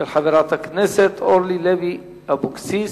של חברת הכנסת אורלי לוי אבקסיס.